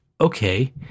okay